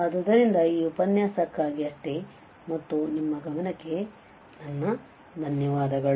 ಆದ್ದರಿಂದ ಈ ಉಪನ್ಯಾಸಕ್ಕಾಗಿ ಅಷ್ಟೆ ಮತ್ತು ನಿಮ್ಮ ಗಮನಕ್ಕೆ ನನ್ನ ಧನ್ಯವಾದಗಳು